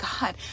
God